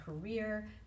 career